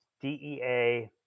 DEA